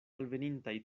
alvenintaj